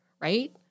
right